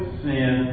sin